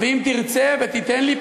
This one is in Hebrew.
ואם תרצה ותיתן לי,